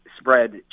spread